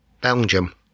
Belgium